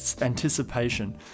anticipation